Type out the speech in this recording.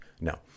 No